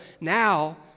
Now